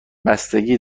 بستگی